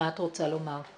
מה את רוצה לומר.